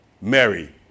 Mary